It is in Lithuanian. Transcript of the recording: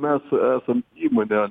mes esam įmonė